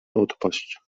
odpaść